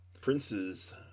Prince's